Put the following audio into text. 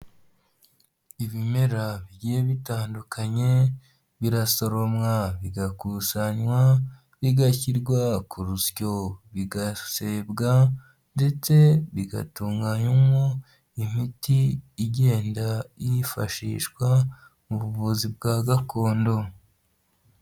Ibimera bigiye bitandukanye birasoromwa bigakusanywa, bigashyirwa ku rusyo bigasebwa ndetse bigatunganywamo imiti igenda yifashishwa mu buvuzi bwa gakondo.